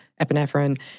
epinephrine